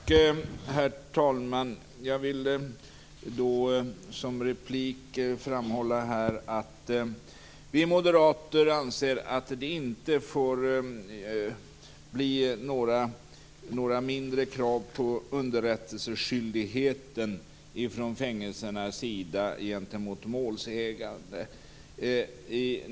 Herr talman! Jag vill som replik framhålla att vi moderater anser att kraven på underrättelseskyldigheten från fängelsernas sida gentemot målsägande inte får blir mindre.